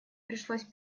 пришлось